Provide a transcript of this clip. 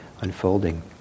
unfolding